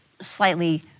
slightly